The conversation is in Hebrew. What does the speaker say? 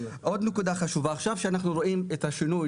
עוד נקודה חשובה, עכשיו שאנחנו רואים את השינוי